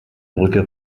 brücke